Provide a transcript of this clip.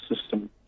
system